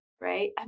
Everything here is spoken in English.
right